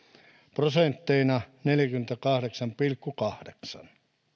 prosentteina neljäkymmentäkahdeksan pilkku kahdeksan